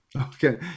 Okay